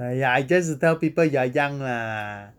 !aiya! just to tell people you are young lah